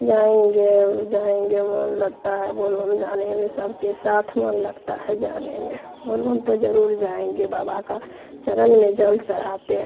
जाएंगे जाएंगे मन लगता है बोल बम जाने में सबके साथ मन लगता है जाने में बोल बम तो ज़रुर जाएंगे बाबा का चरन में जल चढ़ाते हैं